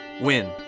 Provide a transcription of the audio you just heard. win